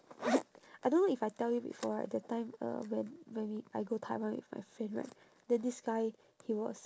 did I don't know if I tell you before right that time uh when when we I go taiwan with my friend right then this guy he was